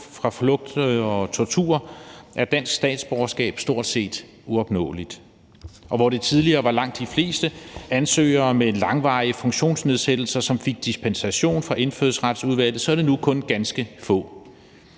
krig, flugt og tortur – er et dansk statsborgerskab stort set uopnåeligt, og hvor det tidligere var langt de fleste ansøgere med langvarige funktionsnedsættelser, som fik dispensation fra Indfødsretsudvalget, så er det nu kun ganske få.